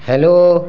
hello